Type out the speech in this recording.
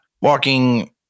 walking